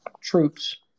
troops